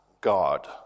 God